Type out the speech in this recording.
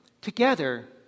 Together